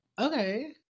okay